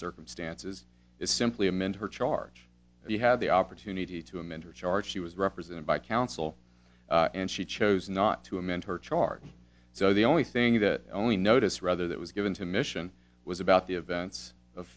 circumstances is simply amend her charge you had the opportunity to a mentor charge she was represented by counsel and she chose not to amend her chart so the only thing that only notice rather that was given to mission was about the events of